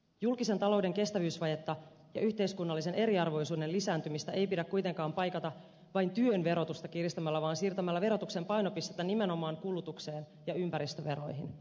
julkisen talouden kestävyysvajetta ja yhteiskunnallisen eriarvoisuuden lisääntymistä ei pidä kuitenkaan paikata vain työn verotusta kiristämällä vaan siirtämällä verotuksen painopistettä nimenomaan kulutukseen ja ympäristöveroihin